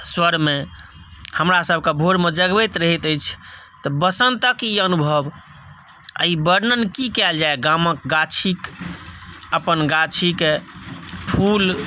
स्वरमे हमरासभकेॅं भोरमे जगबैत रहैत अछि तऽ बसंतक ई अनुभव आ ई वर्णन की कयल जाय गामक गाछी अपन गाछीक फूल